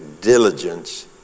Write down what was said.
diligence